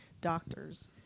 doctors